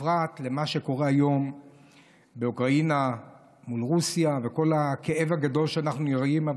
בפרט עם מה שקורה היום באוקראינה ורוסיה וכל הכאב הגדול שאנחנו רואים.